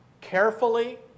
carefully